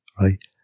right